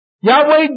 Yahweh